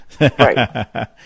Right